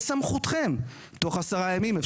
בסמכותכם בתוך עשרה ימים,